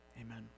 Amen